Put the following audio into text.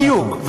בדיוק.